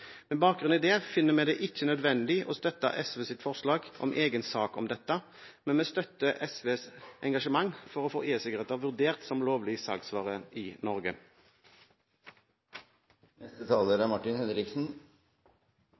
med å vurdere dette. Med bakgrunn i det finner vi det ikke nødvendig å støtte SVs forslag om egen sak om dette, men vi støtter SVs engasjement for å få e-sigaretter vurdert som lovlig salgsvare i Norge. Det er